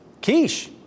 Quiche